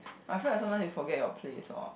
I feel like sometimes you forget your place orh